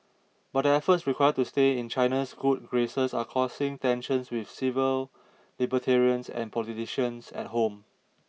but the efforts required to stay in China's good graces are causing tensions with civil libertarians and politicians at home